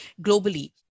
globally